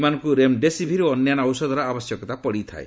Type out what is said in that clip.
ଏମାନଙ୍କୁ ରେମ୍ଡେସିଭିର୍ ଓ ଅନ୍ୟାନ ଔଷଧର ଆବଶ୍ୟକତା ପଡ଼ିଥାଏ